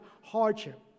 hardship